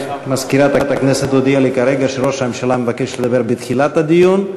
מזכירת הכנסת הודיעה לי כרגע שראש הממשלה מבקש לדבר בתחילת הדיון.